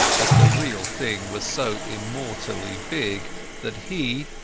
but the real thing was so immortally big that he,